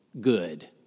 good